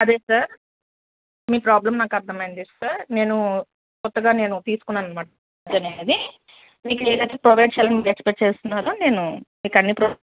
అదే సార్ మీ ప్రాబ్లమ్ నాకు అర్థమైంది సార్ నేను కొత్తగా నేను తీసుకున్నాను అన్నమాట మీకు ఏదైతే ప్రొవైడ్ చేయాలి అని మీకు ఎక్స్పెట్ చేస్తున్నారో నేను మీకు అన్ని ప్రో